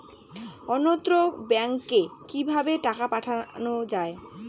অন্যত্র ব্যংকে কিভাবে টাকা পাঠানো য়ায়?